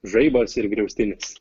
žaibas ir griaustinis